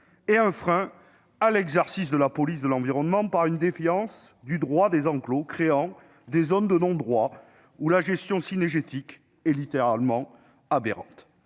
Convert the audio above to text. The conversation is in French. et un frein à l'exercice de la police de l'environnement, par une déviance du droit des enclos créant des zones de non-droit, où la gestion " cynégétique " est littéralement aberrante